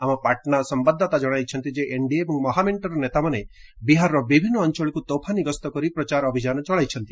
ଆମ ପାଟନା ସମ୍ଭାଦଦାତା ଜଣାଇଛନ୍ତି ଯେ ଏନଡିଏ ଏବଂ ମହାମେଙ୍କର ନେତାମାନେ ବିହାରର ବିଭିନ୍ନ ଅଞ୍ଚଳକୁ ତୋଫାନୀ ଗସ୍ତ କରି ପ୍ରଚାର ଅଭିଯାନ ଚଳାଇଛନ୍ତି